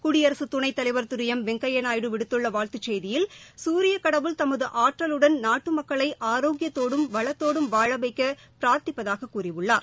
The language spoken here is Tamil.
குடியரசு துணைத்தலைவர் திரு எம் வெங்கையா நாயுடு விடுத்துள்ள வாழ்த்துச் செய்தியில் குரியக் கடவுள் தமது ஆற்றலுடன் நாட்டு மக்களை ஆரோக்கியத்தோடும் வளத்தோடும் வாழ வைக்க பிரார்த்திப்பதாகக் கூறியுள்ளார்